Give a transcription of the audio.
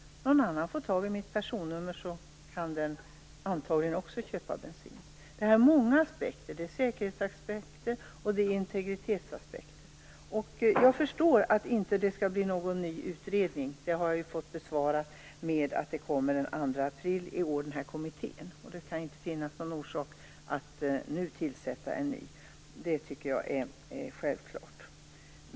Om någon annan får tag i mitt personnummer kan den personen antagligen också köpa bensin. Det finns här många aspekter. Det är säkerhetsaspekter, och det är integritetsaspekter. Jag förstår att det inte skall bli någon ny utredning. Jag har fått till svar att kommitténs resultat kommer den 2 april och att det finns inte någon orsak att nu tillsätta någon ny, och det tycker jag är självklart.